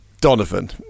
donovan